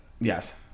Yes